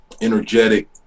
energetic